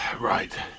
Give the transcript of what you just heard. right